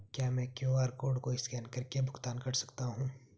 क्या मैं QR code को स्कैन करके भुगतान कर सकता हूं?